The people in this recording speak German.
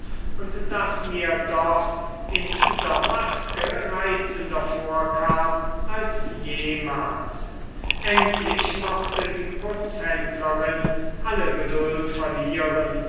und das mir doch in dieser maske reizender vorkam als jemals endlich mochte die putzhändlerin alle geduld verlieren